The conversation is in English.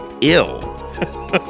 ill